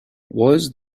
was